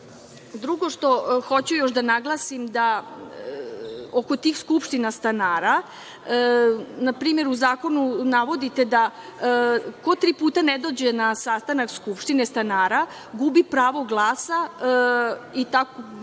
što hoću još da naglasim oko tih skupština stanara. Na primer, u zakonu navodite da ko tri puta ne dođe na sastanak skupštine stanara gubi pravo glasa i tako